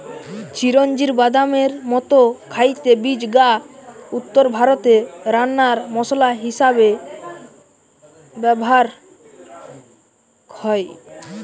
চিরোঞ্জির বাদামের মতো খাইতে বীজ গা উত্তরভারতে রান্নার মসলা হিসাবে ব্যভার হয়